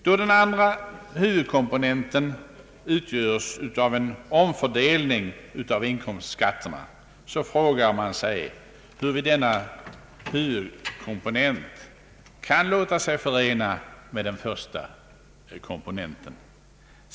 Då den andra huvudkomponenten utgörs av en omfördelning av inkomsterna skattevägen, frågar man sig, hur denna huvudkomponent kan låta sig förena med den första komponenten.